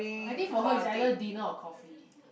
I think for her is either dinner or coffee